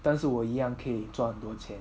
但是我一样可以赚很多钱